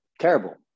terrible